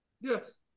Yes